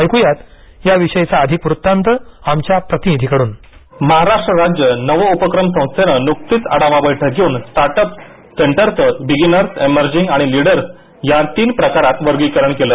ऐक्यात या विषयीचा अधिक वृतांत आमच्या प्रतिनिधीकडून महाराष्ट्र राज्य नवोपक्रम संस्थेनं नुकतीच आढावा बैठक घेऊन स्टार्टअप सेंटरचं बिगीनर्स एमर्जिंग आणि लीडर्स या तीन प्रकारात वर्गीकरण केलं